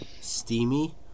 steamy